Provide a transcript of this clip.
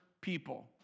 people